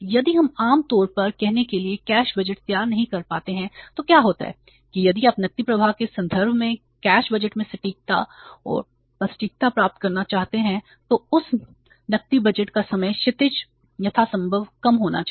यदि हम आम तौर पर कहने के लिए कैश बजट तैयार नहीं कर पाते हैं तो क्या होता है कि यदि आप नकदी प्रवाह के संदर्भ में कैश बजट में सटीकता और प्सटीकता प्राप्त करना चाहते हैं तो उस नकदी बजट का समय क्षितिज यथासंभव कम होना चाहिए